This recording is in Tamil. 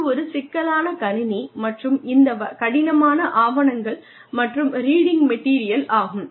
இது ஒரு சிக்கலான கணினி மற்றும் இந்த கடினமான ஆவணங்கள் மற்றும் ரீடிங் மெட்டீரியல் ஆகும்